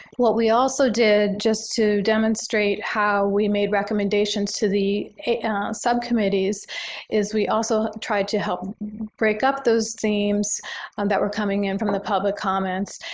what we also did just to demonstrate how we made recommendations to the subcommittees is we also tried to help break up those themes and that were coming in from the public comments,